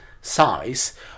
size